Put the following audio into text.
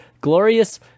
glorious